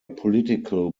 political